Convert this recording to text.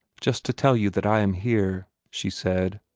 just to tell you that i am here, she said.